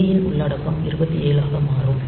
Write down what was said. ஏ ன் உள்ளடக்கம் 27 ஆக மாறும்